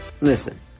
Listen